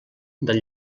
del